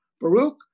Baruch